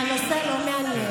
כי הנושא לא מעניין.